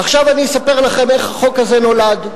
עכשיו אני אספר לכם איך החוק הזה נולד,